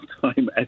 time